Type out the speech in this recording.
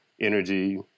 energy